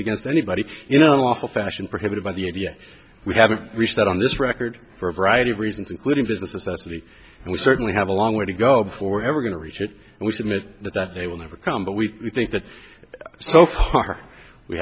against anybody you know awful fashion prohibited by the idea we haven't reached that on this record for a variety of reasons including business especially and we certainly have a long way to go before ever going to reach it we submit that they will never come but we think that so far we